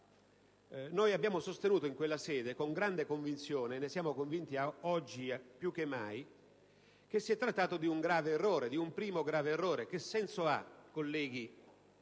Abbiamo sostenuto in quella sede con grande convinzione - e ne siamo convinti oggi più che mai - che si è trattato di un primo e grave errore. Che senso ha, colleghi,